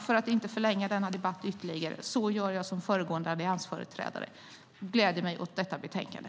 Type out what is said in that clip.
Jag ska inte förlänga denna debatt ytterligare utan gör som föregående alliansföreträdare och gläder mig åt detta betänkande.